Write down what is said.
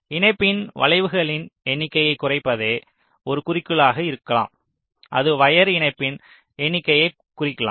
இணைப்பில் வளைவுகளின் எண்ணிக்கையைக் குறைப்பதே ஒரு குறிக்கோளாக இருக்கலாம் இது வயர் இணைப்பின் எண்ணிக்கையைக் குறிக்கலாம்